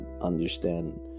understand